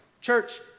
Church